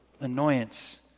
annoyance